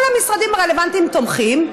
כל המשרדים הרלוונטיים תומכים,